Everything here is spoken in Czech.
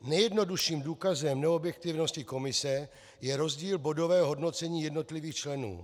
Nejjednodušším důkazem neobjektivnosti komise je rozdíl bodového hodnocení jednotlivých členů.